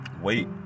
Wait